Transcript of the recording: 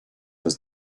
was